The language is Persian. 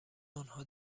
آنها